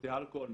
שותה אלכוהול,